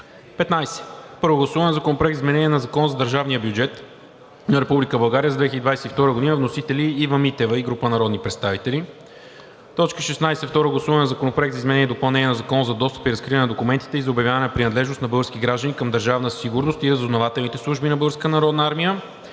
15. Първо гласуване на Законопроекта за изменение на Закона за държавния бюджет на Република България за 2022 г. Вносители са Ива Митева и група народни представители на 19 май 2022 г. 16. Второ гласуване на Законопроекта за изменение и допълнение на Закона за достъп и разкриване на документите и за обявяване на принадлежност на български граждани към Държавна сигурност и разузнавателните служби на